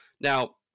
Now